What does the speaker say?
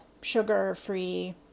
sugar-free